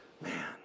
man